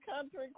country